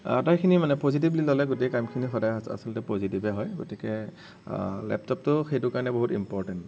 আটাইখিনিয়ে মানে পজিটিভলী ল'লে গোটেই কাম খিনি সদায় সঁচা আচলতে পজিটিভে হয় গতিকে লেপটপটো সেইটো কাৰণে বহুত ইম্পৰ্টেন্ট